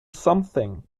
something